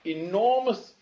enormous